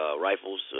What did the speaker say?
rifles